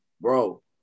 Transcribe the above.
bro